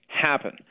happen